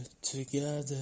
together